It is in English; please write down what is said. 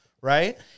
right